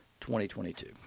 2022